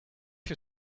you